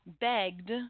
begged